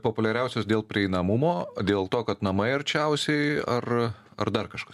populiariausios dėl prieinamumo dėl to kad namai arčiausiai ar ar dar kažkas